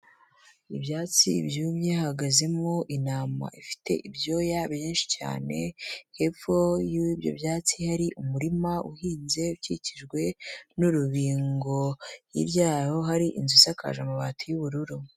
Ibyatsi byumye hahagazemo intama ifite ibyoya benshi cyane, hepfo y'ibyo byatsi hari umurima uhinze ukikijwe n'urubingo, hirya y'aho hari inzu isakaje amabati y'ubururu.